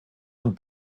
und